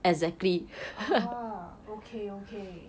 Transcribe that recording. ah okay okay